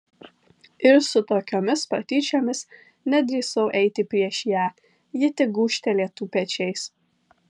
ir su tokiomis patyčiomis nedrįsau eiti prieš ją ji tik gūžtelėtų pečiais